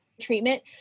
treatment